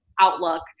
outlook